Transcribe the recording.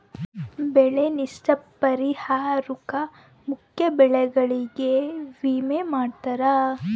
ಬೆಳೆ ನಷ್ಟ ಪರಿಹಾರುಕ್ಕ ಮುಖ್ಯ ಬೆಳೆಗಳಿಗೆ ವಿಮೆ ಮಾಡ್ತಾರ